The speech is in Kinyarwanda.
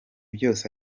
byose